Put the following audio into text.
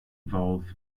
evolved